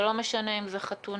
זה לא משנה אם זו חתונה,